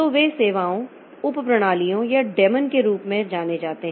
तो वे सेवाओं उप प्रणालियों या डेमन के रूप में जाने जाते हैं